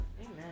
Amen